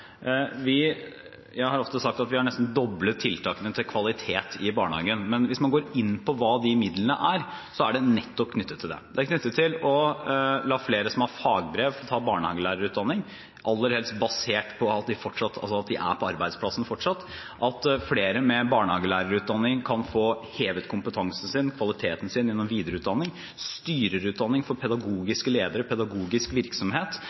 Jeg har ofte sagt at vi har nesten doblet tiltakene for å fremme kvaliteten i barnehagen, men hvis man går inn på hva de midlene er, så er det nettopp knyttet til dette. Det er knyttet til å la flere som har fagbrev, få ta barnehagelærerutdanning, aller helst basert på at de er på arbeidsplassen fortsatt, at flere med barnehagelærerutdanning kan få hevet kompetansen sin, kvaliteten sin, gjennom videreutdanning – styrerutdanning for pedagogiske ledere, pedagogisk virksomhet